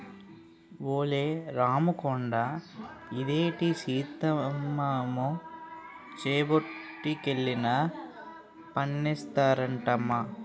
ఒలే రాముకొండా ఇదేటి సిత్రమమ్మో చెంబొట్టుకెళ్లినా పన్నేస్తారటమ్మా